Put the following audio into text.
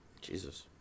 Jesus